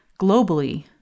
globally